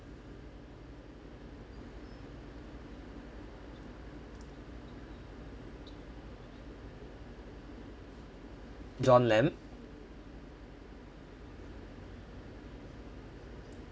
john lam